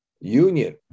union